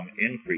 increase